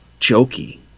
jokey